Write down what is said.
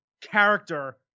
character